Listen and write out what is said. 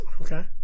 okay